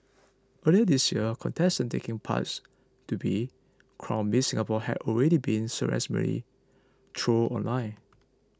earlier this year contestants taking parts to be crowned Miss Singapore had already been ceremoniously trolled online